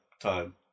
time